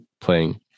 playing